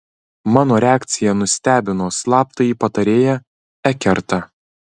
mano reakcija nustebino slaptąjį patarėją ekertą